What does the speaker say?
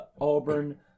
Auburn